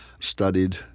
studied